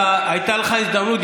הייתה לך הזדמנות.